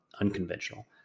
unconventional